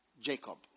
Jacob